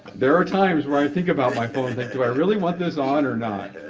there are times when i think about my phone, think do i really want this on or not?